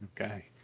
Okay